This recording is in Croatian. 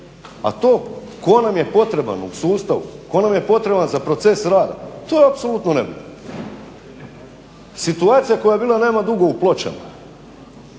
A to tko nam je potreban u sustavu, tko nam je potreban za proces rada to je apsolutno nebitno. Situacija koja je bila nema dugo u Pločama,